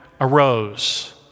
arose